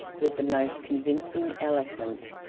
with the most convincing eloquence,